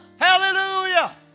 hallelujah